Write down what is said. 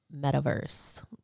metaverse